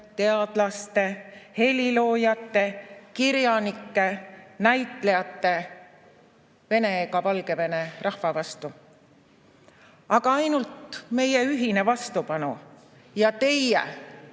teadlaste, heliloojate, kirjanike, näitlejate, Venemaa ega Valgevene rahva vastu. Aga ainult meie ühine vastupanu ja teie